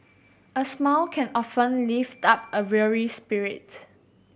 a smile can often lift up a weary spirit